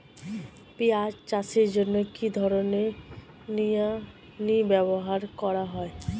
পিঁয়াজ চাষের জন্য কি ধরনের নিড়ানি ব্যবহার করা হয়?